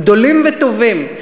גדולים וטובים.